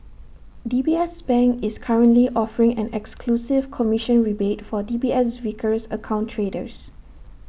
D B S bank is currently offering an exclusive commission rebate for D B S Vickers account traders